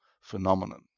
phenomenon